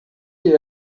sie